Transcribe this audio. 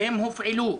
והן הופעלו.